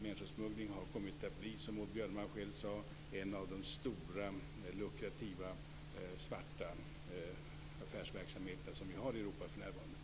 Människosmuggling har kommit att bli, som Maud Björnemalm själv sade, en av de stora lukrativa svarta affärsverksamheter som vi har i Europa för närvarande.